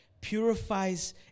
purifies